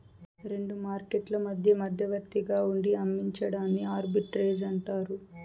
రెండు మార్కెట్లు మధ్య మధ్యవర్తిగా ఉండి అమ్మించడాన్ని ఆర్బిట్రేజ్ అంటారు